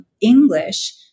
English